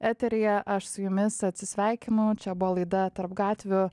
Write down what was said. eteryje aš su jumis atsisveikinu čia buvo laida tarp gatvių